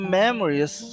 memories